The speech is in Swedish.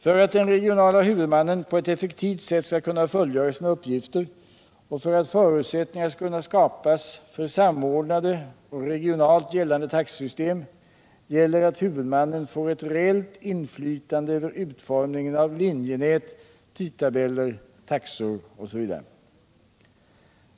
För att den regionala huvudmannen på ett effektivt sätt skall kunna fullgöra sina uppgifter och för att förutsättningar skall kunna skapas för samordnade och regionalt gällande taxesystem krävs att huvudmannen får ett reellt inflytande över utformningen av linjenät, tidtabeller, taxor etc.